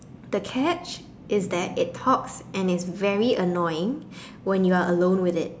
the catch is that it talks and is very annoying when you are alone with it